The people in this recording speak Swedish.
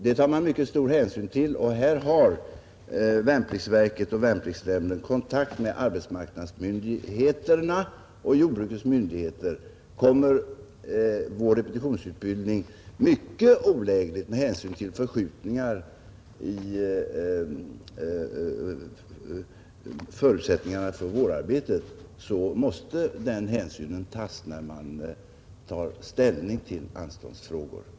Det tar man stor hänsyn till. Värnpliktsverket och värnpliktsnämnden har kontakt med arbetsmarknadsmyndigheterna och jordbrukets myndigheter. Kommer vårens repetitionsutbildning mycket olägligt med hänsyn till förskjutningen i förutsättningarna för vårbruket måste man ta hänsyn till detta när man tar ställning till anståndsfrågorna.